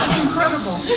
incredible.